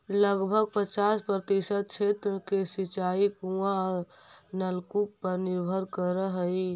लगभग पचास प्रतिशत क्षेत्र के सिंचाई कुआँ औ नलकूप पर निर्भर करऽ हई